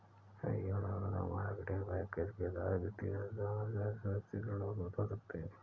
कई अलग अलग मार्केटिंग पैकेज के तहत वित्तीय संस्थानों से असुरक्षित ऋण उपलब्ध हो सकते हैं